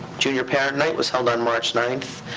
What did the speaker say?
junior parent night was held on march ninth.